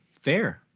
fair